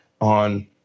on